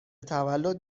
تولد